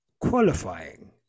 qualifying